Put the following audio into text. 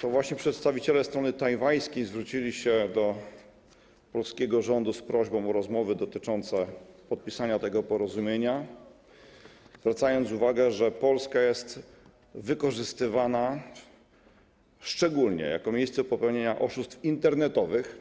To właśnie przedstawiciele strony tajwańskiej zwrócili się do polskiego rządu z prośbą o rozmowy dotyczące podpisania tego porozumienia, zwracając uwagę, że Polska jest wykorzystywana szczególnie jako miejsce popełniania oszustw internetowych,